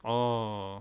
oh